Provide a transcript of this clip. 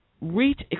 Reach